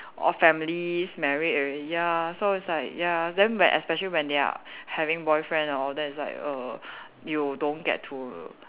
or families married already ya so it's like ya then when especially when they are having boyfriend all that is like err you don't get to